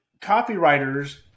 copywriters